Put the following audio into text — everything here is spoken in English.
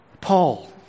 Paul